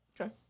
Okay